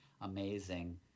amazing